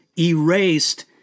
erased